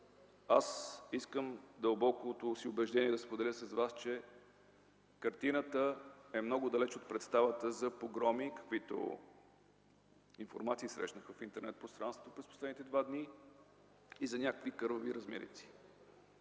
с вас дълбокото си убеждение, че картината е много далеч от представата за погроми, каквито информации срещнах в интернет пространството през последните два дни, за някакви кървави размирици.